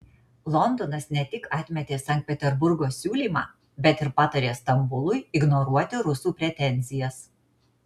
londonas ne tik atmetė sankt peterburgo siūlymą bet ir patarė stambului ignoruoti rusų pretenzijas